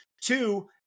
Two